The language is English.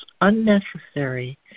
unnecessary